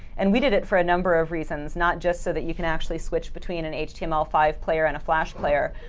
and we did it for a number of reasons. not just so that you can actually switch between an h t m l five player and a flash player,